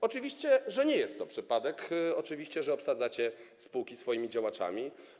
Oczywiście nie jest to przypadek, oczywiście, że obsadzacie spółki swoimi działaczami.